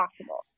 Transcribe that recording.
possible